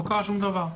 לא קרה שום דבר.